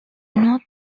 north